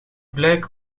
blijken